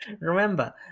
Remember